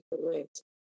correct